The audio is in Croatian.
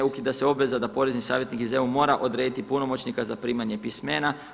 Ukida se obveza da porezni savjetnik iz EU mora odrediti punomoćnika za primanje pismena.